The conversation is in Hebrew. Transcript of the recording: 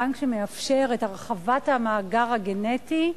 בנק שמאפשר את הרחבת המאגר הגנטי,